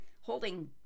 holding